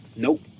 Nope